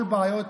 כל בעיות